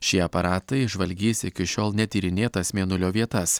šie aparatai žvalgys iki šiol netyrinėtas mėnulio vietas